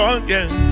again